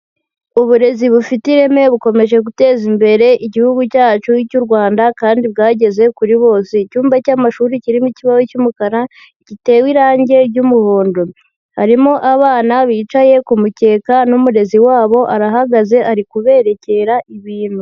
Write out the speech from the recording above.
Uburezi bufite ireme bukomeje guteza imbere igihugu cyacu cy'u Rwanda kandi bwageze kuri bose. Icyumba cy'amashuri kirimo ikibaho cy'umukara, gitewe irangi ry'umuhondo. Harimo abana bicaye ku ku mukeka n'umurezi wabo arahagaze ari kuberekera ibintu.